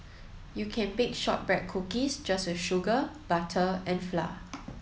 you can bake shortbread cookies just with sugar butter and flour